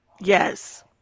Yes